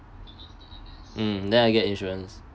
mm then I get insurance